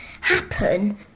happen